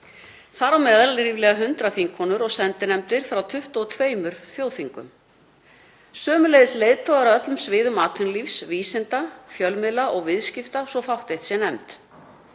Þar á meðal eru ríflega 100 þingkonur og sendinefndir frá 22 þjóðþingum, sömuleiðis leiðtogar á öllum sviðum atvinnulífs, vísinda, fjölmiðla og viðskipta, svo fátt eitt sé nefnt.